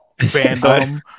fandom